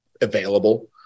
available